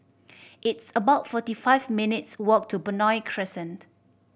it's about forty five minutes' walk to Benoi Crescent